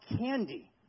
candy